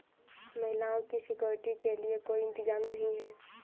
महिलाओं की सिक्योरिटी के लिए कोई इंतजाम नहीं है